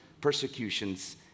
persecutions